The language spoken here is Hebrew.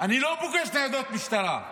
אני לא פוגש ניידות משטרה.